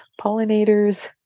pollinators